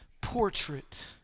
portrait